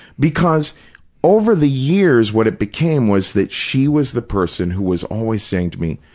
because over the years what it became was that she was the person who was always saying to me,